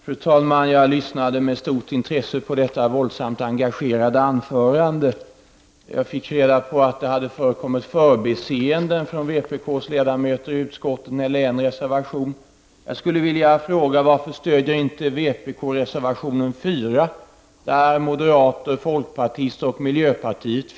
Fru talman! Jag lyssnade med stort intresse på detta våldsamt engagerade anförande. Jag fick reda på att det hade förekommit förbiseenden från vpk:s ledamöter i utskottet när det gällde en reservation. Varför stöder inte vpk reservation 4 från moderata samlingspartiet, folkpartiet och miljöpartiet?